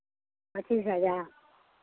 पच्चीस हज़ार